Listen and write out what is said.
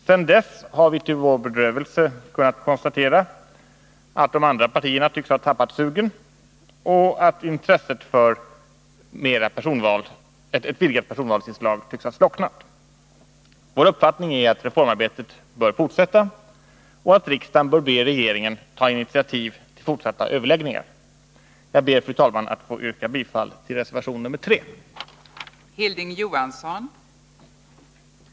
Sedan dess har vi till vår bedrövelse kunnat konstatera att de andra partierna tycks ha tappat sugen och att intresset för ett vidgat personvalsinslag tycks ha slocknat. Vår uppfattning är att reformarbetet bör fortsätta och att riksdagen bör be regeringen ta initiativ till fortsatta överläggningar. Nr 27 Jag ber, fru talman, att få yrka bifall till reservation nr 3. Onsdagen den